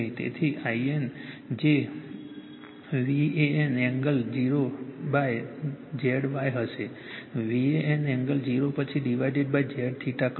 તેથી In જે VAN angle 0 Z Y હશે VAN એંગલ 0 પછી ડિવાઇડેડ z કહો